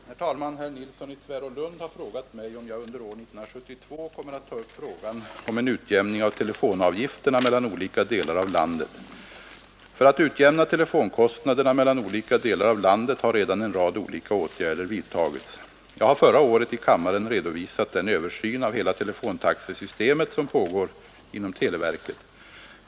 Herr talman! Herr Nilsson i Tvärålund har frågat mig om jag under år 1972 kommer att ta upp frågan om en utjämning av telefonavgifterna mellan olika delar av landet. För att utjämna telefonkostnaderna mellan olika delar av landet har redan en rad olika åtgärder vidtagits. Jag har förra året i kammaren redovisat den översyn av hela telefontaxesystemet som pågår inom televerket.